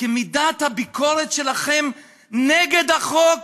כמידת הביקורת שלכם נגד החוק